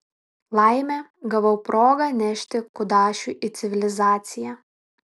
laimė gavau progą nešti kudašių į civilizaciją